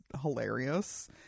hilarious